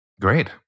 Great